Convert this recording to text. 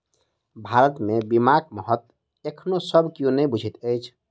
भारत मे बीमाक महत्व एखनो सब कियो नै बुझैत अछि